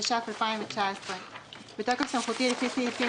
התש"ף-2019 בתוקף סמכותי לפי סעיפים